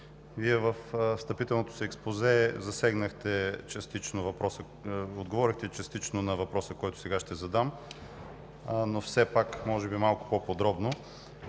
във встъпителното си експозе отговорихте частично на въпроса, който сега ще задам, но все пак може би малко по-подробно.